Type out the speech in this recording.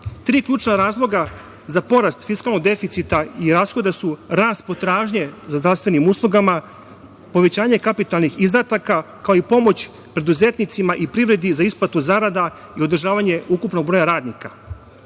ključna razloga za porast fiskalnog deficita i rashoda su rast potražnje za zdravstvenim uslugama, povećanje kapitalnih izdataka, kao i pomoć preduzetnicima i privredi za isplatu zarada i održavanje ukupnog broja radnika.